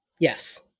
Yes